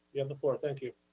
you have the floor. thank you.